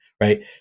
right